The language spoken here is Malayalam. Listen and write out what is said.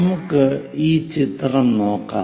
നമുക്ക് ഈ ചിത്രം നോക്കാം